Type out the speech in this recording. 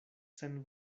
sen